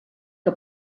que